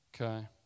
okay